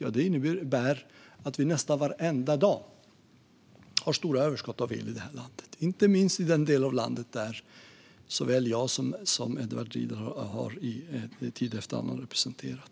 Jo, att vi nästan varenda dag har stora överskott av el i detta land, inte minst i den del av landet som såväl jag som Edward Riedl representerar.